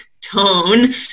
tone